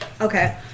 Okay